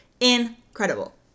Incredible